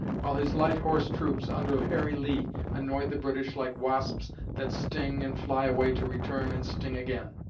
while his light horse troops under harry lee annoyed the british like wasps that sting and fly away to return and sting again!